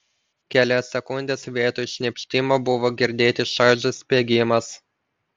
kelias sekundes vietoj šnypštimo buvo girdėti šaižus spiegimas